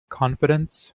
confidence